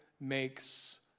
makes